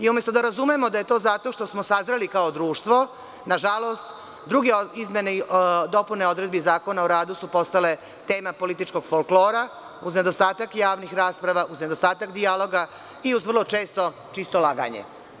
Umesto da razumemo da je to zato što smo sazreli kao društvo, nažalost, druge izmene i dopune odredbi Zakona o radu su postale tema političkog folklora, uz nedostatak javnih rasprava, uz nedostatak dijaloga i uz vrlo često čisto laganje.